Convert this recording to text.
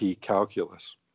calculus